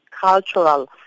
cultural